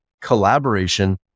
collaboration